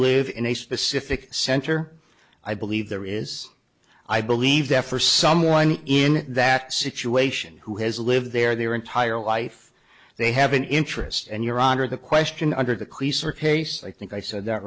live in a specific center i believe there is i believe that for someone in that situation who has lived there their entire life they have an interest and your honor the question under the crease or pace i think i said that